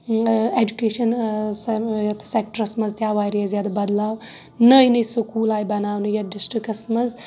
education یَتھ sectors منٛز تہِ آو واریاہ زیادٕ بدلاو نٔوۍ نٔوۍ سکوٗل آیہِ بِناؤنہٕ یَتھ ڈسٹکس منٛز